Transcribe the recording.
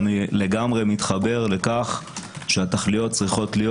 אני לגמרי מתחבר לכך שהתכליות צריכות להיות